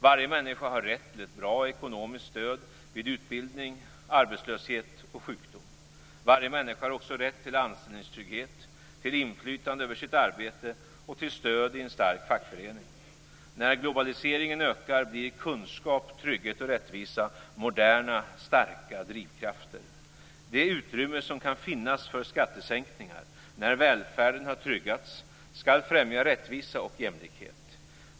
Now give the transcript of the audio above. Varje människa har rätt till ett bra ekonomiskt stöd vid utbildning, arbetslöshet och sjukdom. Varje människa har också rätt till anställningstrygghet, till inflytande över sitt arbete och till stöd i en stark fackförening. När globaliseringen ökar blir kunskap, trygghet och rättvisa moderna, starka drivkrafter. Det utrymme som kan finnas för skattesänkningar när välfärden har tryggats skall främja rättvisa och jämlikhet.